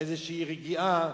איזושהי רגיעה,